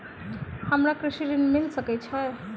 हमरा कृषि ऋण मिल सकै है?